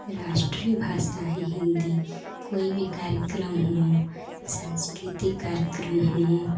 राष्ट्रीय भाषा है हिन्दी कोइ भी कार्यक्रम हो जागृति साँस्कृतिक हो